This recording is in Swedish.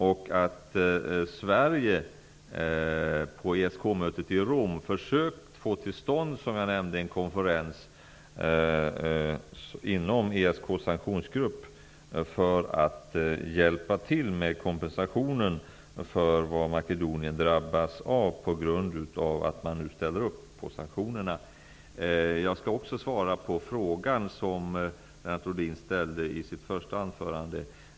På ESK-mötet i Rom försökte Sverige, som jag nämnde, få till stånd en konferens inom ESK:s sanktionsgrupp för att hjälpa till med kompensationen för det som Makedonien drabbas av på grund av att man ställer upp på sanktionerna. Jag skall också svara på den fråga som Lennart Rohdin ställde i sitt första anförande.